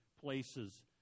places